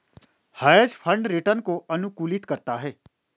hedge fund return को अनुकूलित करता है